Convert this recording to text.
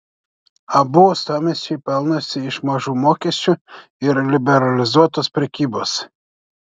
abu uostamiesčiai pelnosi iš mažų mokesčių ir liberalizuotos prekybos